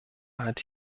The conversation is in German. hat